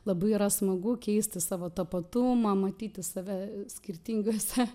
labai yra smagu keisti savo tapatumą matyti save skirtinguose